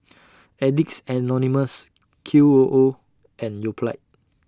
Addicts Anonymous Q O O and Yoplait